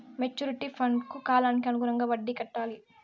maturity ఫండ్కు కాలానికి అనుగుణంగా వడ్డీ కట్టాలి